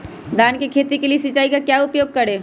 धान की खेती के लिए सिंचाई का क्या उपयोग करें?